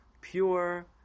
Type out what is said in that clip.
pure